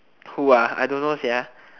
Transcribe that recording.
who ah I don't know sia